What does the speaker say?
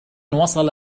وصل